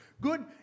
Good